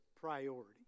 priority